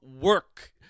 work